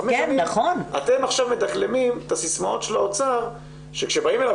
אתם עכשיו מדקלמים את הסיסמאות של האוצר שכשבאים אליו